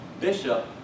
bishop